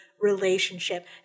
relationship